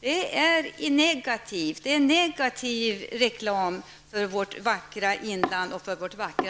Det är negativ reklam för vårt vackra inland och för vårt vackra